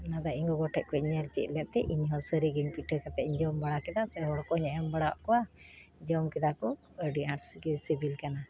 ᱚᱱᱟ ᱫᱚ ᱤᱧ ᱜᱚᱜᱚ ᱴᱷᱮᱡ ᱠᱷᱚᱡ ᱤᱧ ᱧᱮᱞ ᱪᱮᱫ ᱞᱮᱫ ᱛᱮ ᱤᱧ ᱦᱚᱸ ᱥᱟᱹᱨᱤᱜᱮᱧ ᱯᱤᱴᱷᱟᱹ ᱠᱟᱛᱮ ᱤᱧ ᱡᱚᱢ ᱵᱟᱲᱟ ᱠᱮᱫᱟ ᱥᱮ ᱦᱚᱲ ᱠᱚᱧ ᱮᱢ ᱵᱟᱲᱣᱟᱫ ᱠᱚᱣᱟ ᱡᱚᱢ ᱠᱮᱫᱟ ᱠᱚ ᱟᱹᱰᱤ ᱟᱸᱴ ᱜᱮ ᱥᱤᱵᱤᱞ ᱠᱟᱱᱟ